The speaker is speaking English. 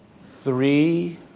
Three